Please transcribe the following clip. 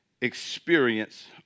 experience